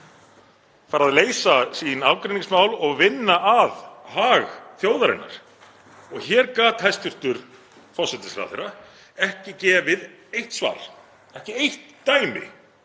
fari að leysa sín ágreiningsmál og vinna að hag þjóðarinnar. Hér gat hæstv. forsætisráðherra ekki gefið eitt svar, ekki eitt dæmi